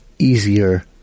easier